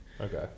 Okay